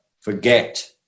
forget